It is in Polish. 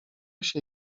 się